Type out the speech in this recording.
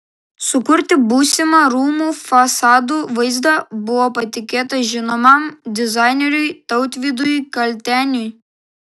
sukurti būsimą rūmų fasadų vaizdą buvo patikėta žinomam dizaineriui tautvydui kalteniui